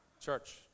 church